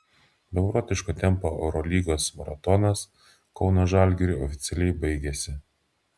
beprotiško tempo eurolygos maratonas kauno žalgiriui oficialiai baigėsi